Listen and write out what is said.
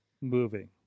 moving